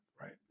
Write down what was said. Right